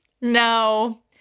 No